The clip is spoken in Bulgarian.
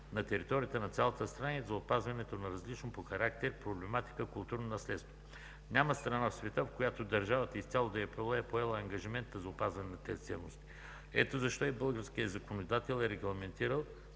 на територията на цялата страна и за опазването на различно по характер и проблематика културно наследство. Няма страна в света, в която държавата изцяло да е поела ангажимент за опазването на тези ценности. Ето защо и българският законодател е регламентирал